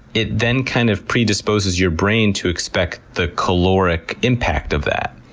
it then kind of predisposes your brain to expect the caloric impact of that.